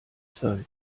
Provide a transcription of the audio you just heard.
zeit